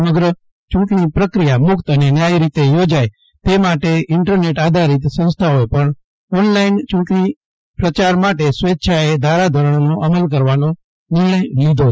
સમગ્ર ચૂંટણી પ્રક્રિયા મુક્ત અને ન્યાયી રીતે યોજાય તે માટે ઇન્ટરનેટ આધારિત સંસ્થાઓએ પણ ઓનલાઇન ચૂંટણી પ્રચાર માટે સ્વેચ્છાએ ધારા ધોરણોનો અમલ કરવાનો નિર્ણય લીધો છે